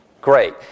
Great